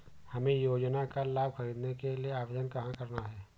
हमें योजना का लाभ ख़रीदने के लिए आवेदन कहाँ करना है?